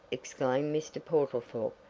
exclaimed mr. portlethorpe,